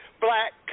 black